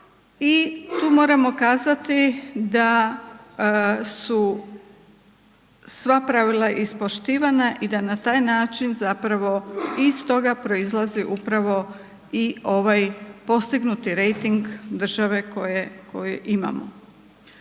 i tu moramo kazati da su sva pravila ispoštivana i da na taj način zapravo iz toga proizlaze upravo i ovaj postignuti rejting države koju imamo.